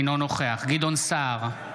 אינו נוכח גדעון סער,